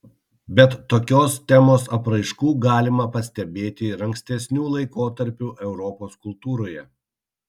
bet tokios temos apraiškų galima pastebėti ir ankstesnių laikotarpių europos kultūroje